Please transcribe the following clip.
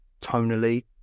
tonally